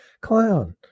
clown